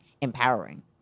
empowering